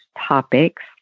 topics